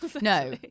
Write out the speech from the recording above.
No